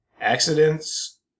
Accidents